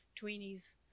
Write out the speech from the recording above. tweenies